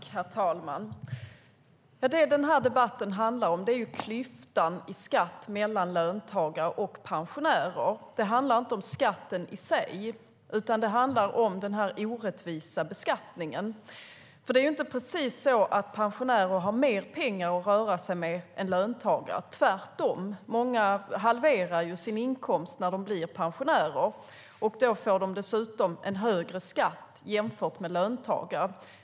Herr talman! Den här debatten handlar om skatteklyftan mellan löntagare och pensionärer. Den handlar inte om skatten i sig, utan den handlar om den orättvisa beskattningen. Det är ju inte så att pensionärer har mer pengar att röra sig med än löntagare, tvärtom. Många får en halvering av sin inkomst när de blir pensionärer. Då får de dessutom en högre skatt jämfört med löntagare.